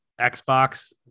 Xbox